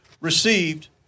received